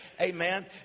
Amen